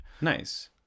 Nice